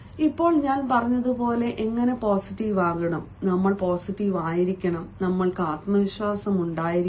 ഇപ്പോൾ ഞാൻ പറഞ്ഞതുപോലെ എങ്ങനെ പോസിറ്റീവ് ആകണം നമ്മൾ പോസിറ്റീവ് ആയിരിക്കണം നമുക്ക് ആത്മവിശ്വാസമുണ്ടായിരിക്കണം